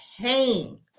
pain